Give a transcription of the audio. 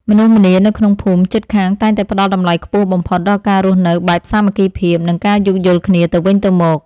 មនុស្សម្នានៅក្នុងភូមិជិតខាងតែងតែផ្ដល់តម្លៃខ្ពស់បំផុតដល់ការរស់នៅបែបសាមគ្គីភាព និងការយោគយល់គ្នាទៅវិញទៅមក។